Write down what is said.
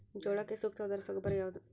ಜೋಳಕ್ಕೆ ಸೂಕ್ತವಾದ ರಸಗೊಬ್ಬರ ಯಾವುದು?